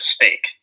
mistake